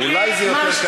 ומעמיקים,